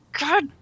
God